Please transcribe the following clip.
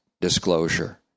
disclosure